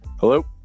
Hello